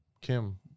Kim